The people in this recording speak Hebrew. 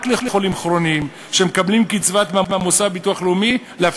לחולים כרוניים שמקבלים קצבת הבטחת הכנסה מהמוסד לביטוח לאומי.